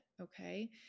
okay